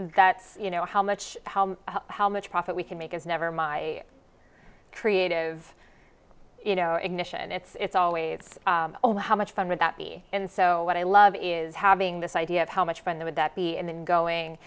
that you know how much how much profit we can make as never my creative you know ignition it's always oh how much fun would that be and so what i love is having this idea of how much fun they would that be and then going